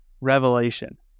revelation